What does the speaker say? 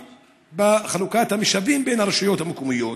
בחלוקת המשאבים בין הרשויות המקומיות.